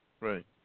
Right